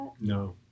No